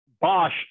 Bosch